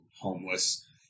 homeless